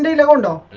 no no